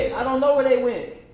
i don't know where they went!